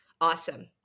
Awesome